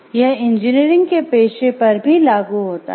यह इंजीनियरिंग के पेशे पर भी लागू होता है